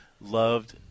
loved